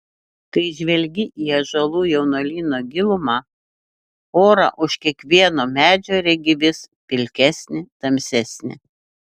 kai žvelgi į ąžuolų jaunuolyno gilumą orą už kiekvieno medžio regi vis pilkesnį tamsesnį